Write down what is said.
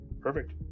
perfect